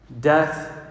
Death